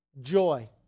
Joy